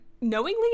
knowingly